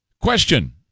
Question